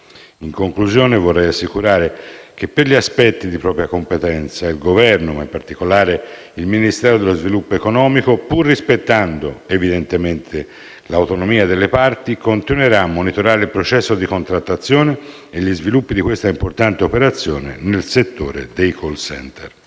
In conclusione, vorrei assicurare che, per gli aspetti di propria competenza, il Governo e, in particolare, il Ministero dello sviluppo economico, pur rispettando evidentemente l'autonomia delle parti, continuerà a monitorare il processo di contrattazione e gli sviluppi di questa importante operazione nel settore dei *call center*.